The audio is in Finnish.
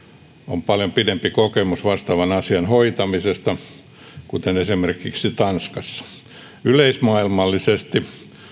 on paljon pidempi kokemus vastaavan asian hoitamisesta kuten esimerkiksi tanskassa yleismaailmallisesti